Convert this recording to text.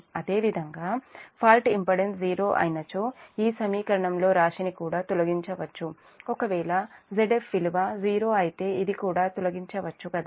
అదేవిధంగా fault impedance 0 అయినచో ఈ సమీకరణం లో రాశిని కూడా తొలగించొచ్చు ఒకవేళ Zf విలువ 0 అయితే ఇది కూడా తొలగించవచ్చు కదా